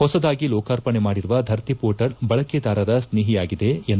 ಹೊಸದಾಗಿ ಲೋಕಾರ್ಪಣೆ ಮಾಡಿರುವ ದರ್ತಿ ಪೋರ್ಟಲ್ ಬಳಕೆದಾರರ ಸ್ನೇಹಿಯಾಗಿದೆ ಎಂದು ಶ್ಲಾಘಿಸಿದರು